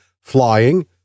flying